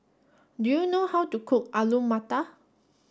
do you know how to cook Alu Matar